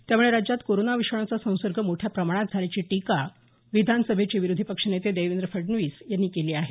त्यामुळे राज्यात कोरोना विषाणूचा संसर्ग मोठ्या प्रमाणात झाल्याची टीका विधानसभेचे विरोधी पक्ष नेते देवेंद्र फडणवीस यांनी केली आहे